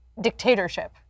dictatorship